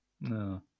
No